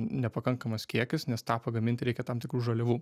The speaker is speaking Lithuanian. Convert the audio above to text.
nepakankamas kiekis nes tą pagaminti reikia tam tikrų žaliavų